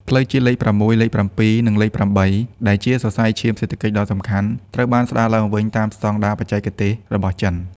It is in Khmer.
ផ្លូវជាតិលេខ ៦, លេខ ៧, និង លេខ ៨ ដែលជាសរសៃឈាមសេដ្ឋកិច្ចដ៏សំខាន់ ត្រូវបានស្ដារឡើងវិញតាមស្ដង់ដារបច្ចេកទេសរបស់ចិន។